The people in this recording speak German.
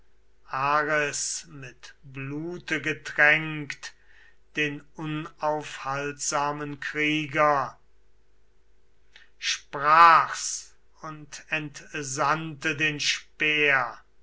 mit blute getränkt den unaufhaltsamen krieger sprach's und entsandte den speer